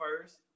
first